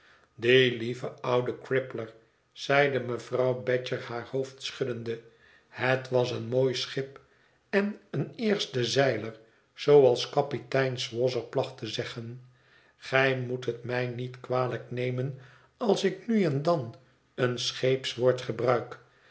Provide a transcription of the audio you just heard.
lieve oude crippler zeide mevrouw badger haar hoofd schuddende liet was een mooi schip en een eerste zeiler zooals kapitein swosser placht te zeggen gij moet het mij niet kwalijk nemen als ik nu en dan een